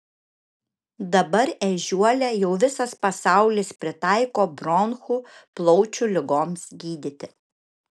dabar ežiuolę jau visas pasaulis pritaiko bronchų plaučių ligoms gydyti